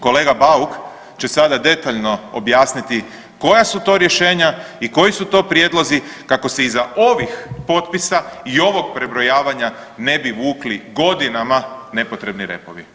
Kolega Bauk će sada detaljno objasniti koja su to rješenja i koji su to prijedlozi kako se iza ovih potpisa i ovog prebrojavanja ne bi vukli godinama nepotrebni repovi.